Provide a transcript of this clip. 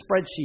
spreadsheet